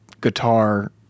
guitar